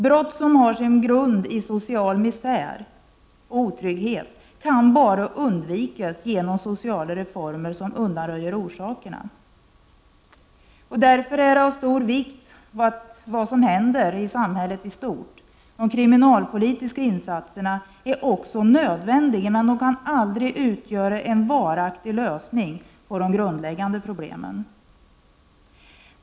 Brott som har sin grund i social misär och otrygghet kan undvikas bara genom sociala reformer som undanröjer orsakerna. Därför är det av stor vikt vad som händer i samhället i stort. Kriminalpolitiska insatser är också nödvändiga, men de kan aldrig utgöra en varaktig lösning på de grundläggande problemen.